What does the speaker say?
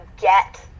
get